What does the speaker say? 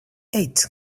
eight